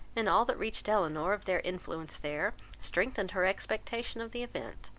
and all that reached elinor of their influence there, strengthened her expectation of the event.